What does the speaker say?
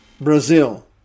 Brazil